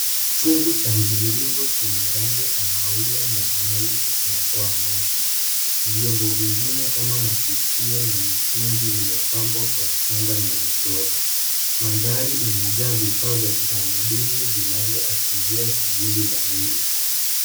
Chungu cha mviringo yenye rangi ya kahawia na nyeusi kinatoa moshi. Viombo vingine kama mashikio na mitungi vimepambwa kwa shanga na michoro. Mandhari imejaa vifaa vya kitamaduni vinavyoashiria shughuli za mila.